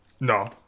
no